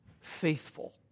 faithful